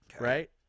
right